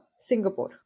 Singapore